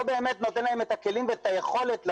באמת נותן להם את הכלים ואת היכולת להיערך.